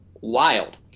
Wild